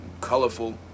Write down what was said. colorful